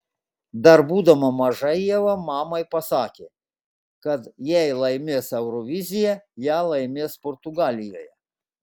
dar būdama maža ieva mamai pasakė kad jei laimės euroviziją ją laimės portugalijoje